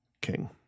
king